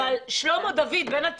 אבל שלמה דוד בן ה-90,